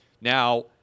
Now